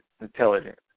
intelligent